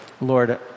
Lord